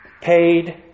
paid